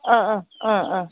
अह